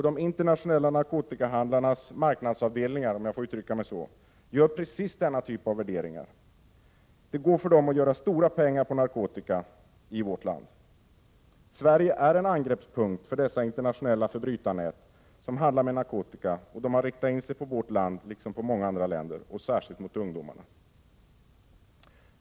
De internationella narkotikahandlarnas ”marknadsavdelningar”, om jag får uttrycka mig så, gör precis denna typ av värderingar. Det går för dem att göra stora pengar på narkotika i vårt land. Sverige är en angreppspunkt för dessa internationella förbrytarnät som handlar med narkotika, och de har riktat in sig på vårt land liksom på många andra länder, och särskilt mot ungdomarna.